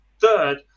third